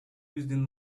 биздин